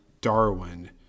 Darwin